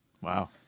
Wow